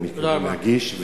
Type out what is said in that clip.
ואני מתכוון להגיש,